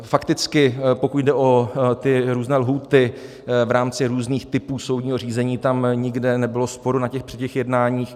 Fakticky pokud jde o ty různé lhůty v rámci různých typů soudního řízení, tam nikde nebylo sporu při těch jednáních.